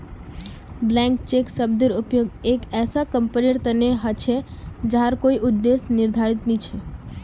blank cheque शब्देर प्रयोग एक ऐसा कंपनीर तने भी ह छे जहार कोई उद्देश्य निर्धारित नी छ